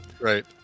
right